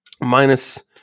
Minus